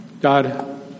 God